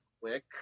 quick